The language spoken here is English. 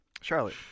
Charlotte